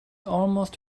almost